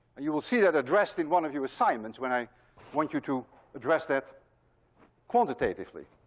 and you will see that addressed in one of your assignments, when i want you to address that quantitatively.